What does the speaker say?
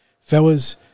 Fellas